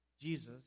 Jesus